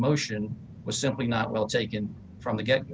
motion was simply not well taken from the get